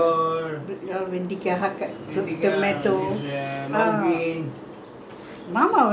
மாமா:mama very green hands lah மாமாவுக்கு:mamavukku long beans lah இருக்கு நிறைய மாமா எடுத்துட்டு வருவாரு:irukku niraiya mama eduthuttu varuvaaru